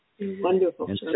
Wonderful